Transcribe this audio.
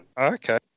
okay